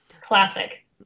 Classic